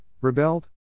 rebelled